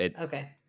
Okay